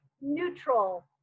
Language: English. neutral